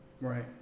right